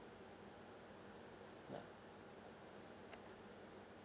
yeah